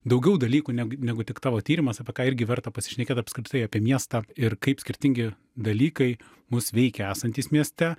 daugiau dalykų neg negu tik tavo tyrimas apie ką irgi verta pasišnekėt apskritai apie miestą ir kaip skirtingi dalykai mus veikia esantys mieste